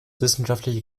wissenschaftliche